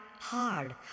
hard